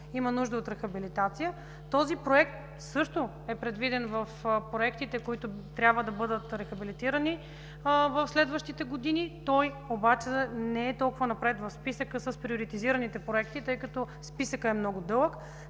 има нужда от рехабилитация. Този проект също е предвиден в проектите, които трябва да бъдат рехабилитирани в следващите години. Той обаче не е толкова напред в списъка с приоритизираните проекти, тъй като списъкът е много дълъг.